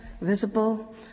visible